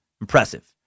impressive